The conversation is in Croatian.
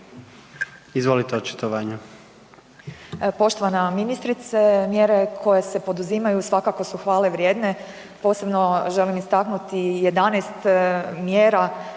Izvolite očitovanje.